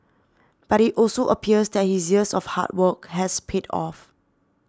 but it also appears that his years of hard work has paid off